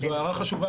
זו הערה חשובה,